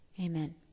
amen